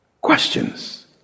questions